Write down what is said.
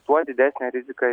tuo didesnę riziką